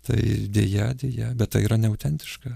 tai deja deja bet tai yra neautentiška